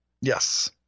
Yes